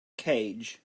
cage